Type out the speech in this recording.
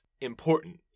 important